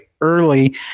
early